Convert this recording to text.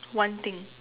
one thing